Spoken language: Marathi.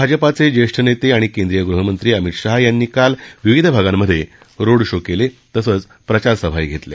भाजपाचे ज्येष्ठ नेते आणि केंद्रीय गृहमंत्री अमित शहा यांनी काल विविध भागांमधे रोड शो केले तसंच प्रचारसभा घेतल्या